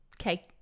okay